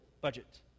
budget